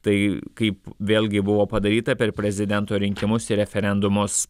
tai kaip vėlgi buvo padaryta per prezidento rinkimus ir referendumus